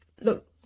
look